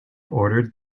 ordered